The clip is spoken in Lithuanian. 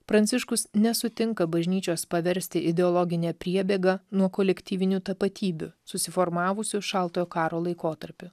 pranciškus nesutinka bažnyčios paversti ideologine priebėga nuo kolektyvinių tapatybių susiformavusių šaltojo karo laikotarpiu